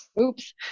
oops